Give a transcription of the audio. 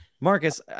Marcus